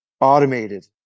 automated